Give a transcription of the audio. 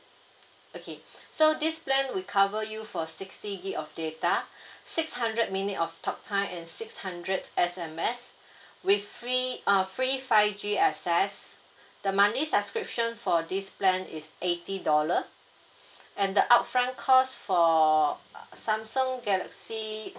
okay so this plan we cover you for sixty gig of data six hundred minute of talk time and six hundred S_M_S with free err free five G access the monthly subscription for this plan is eighty dollar and the upfront cost for samsung galaxy